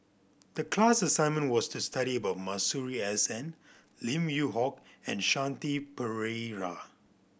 the class assignment was to study about Masuri S N Lim Yew Hock and Shanti Pereira